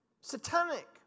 satanic